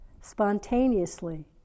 spontaneously